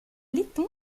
letton